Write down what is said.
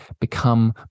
become